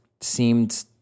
seemed